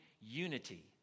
unity